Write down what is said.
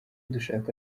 dushaka